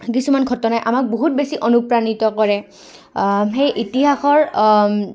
কিছুমান ঘটনাই আমাক বহুত বেছি অনুপ্ৰাণিত কৰে সেই ইতিহাসৰ